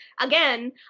again